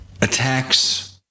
attacks